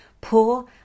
poor